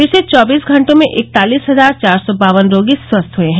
पिछले चौबीस घंटों में इकतालिस हजार चार सौ बावन रोगी स्वस्थ हए हैं